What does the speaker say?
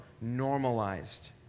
normalized